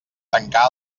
tancà